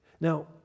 Now